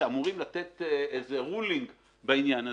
שאמורים לתת רולינג בעניין הזה.